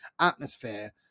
atmosphere